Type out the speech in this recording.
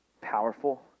powerful